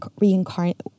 reincarnate